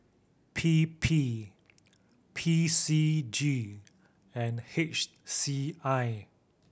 P P P C G and H C I